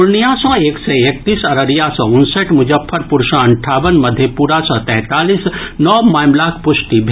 पूर्णिया सँ एक सय एकतीस अररिया सँ उनसठि मुजफ्फरपुर सँ अंठावन मधेपुरा सँ तैंतालीस नव मामिलाक पुष्टि भेल